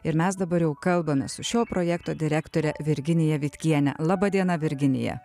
ir mes dabar jau kalbame su šio projekto direktore virginija vitkiene laba diena virginija